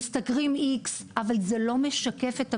שמשתכרים X, אבל זה לא משקף את הבעיה,